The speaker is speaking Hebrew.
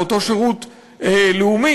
באותו שירות לאומי,